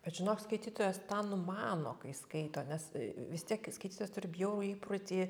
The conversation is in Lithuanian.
bet žinok skaitytojas tą numano kai skaito nes vis tiek skaitytojas turi bjaurų įprotį